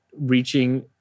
reaching